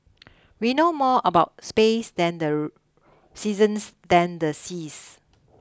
we know more about space than the seasons than the seas